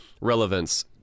relevance